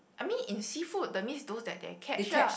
I mean in seafood that means those that they catch ah